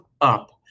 up